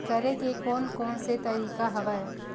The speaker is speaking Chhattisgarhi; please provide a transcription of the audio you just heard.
करे के कोन कोन से तरीका हवय?